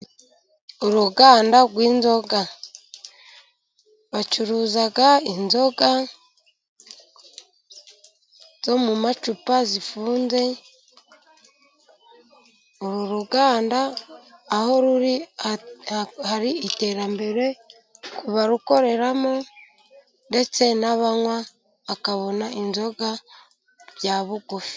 Uruganda rw'inzoga rucuruza inzoga zo mu macupa zifunze. Uru ruganda aho ruri hari iterambere ku barukoreramo, ndetse n'abanywa bakabona inzoga bya bugufi.